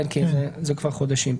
כן, כי זה כבר חודשים.